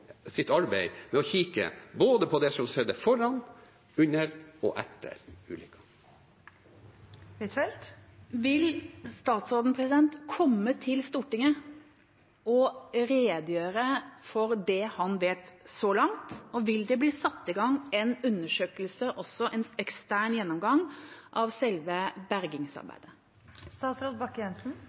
arbeid med å kikke på det som skjedde både før, under og etter ulykken. Det åpnes for oppfølgingsspørsmål– først Anniken Huitfeldt. Vil statsråden komme til Stortinget og redegjøre for det han vet så langt, og vil det bli satt i gang en undersøkelse og en ekstern gjennomgang av selve